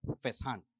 firsthand